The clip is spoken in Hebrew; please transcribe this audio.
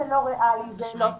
זה לא ריאלי וזה לא סביר.